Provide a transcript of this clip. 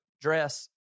dress